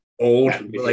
old